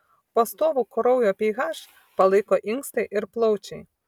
pastovų kraujo ph palaiko inkstai ir plaučiai